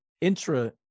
intra